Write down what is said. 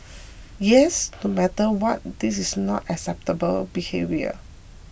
yes no matter what this is not acceptable behaviour